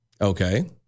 Okay